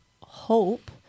hope